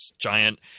giant